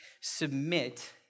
Submit